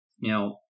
Now